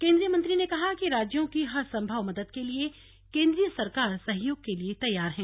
केन्द्रीय मंत्री ने कहा कि राज्यों की हर संभव मदद के लिए केन्द्रीय सरकार सहयोग के लिए तैयार हैं